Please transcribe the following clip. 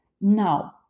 Now